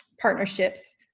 partnerships